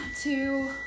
two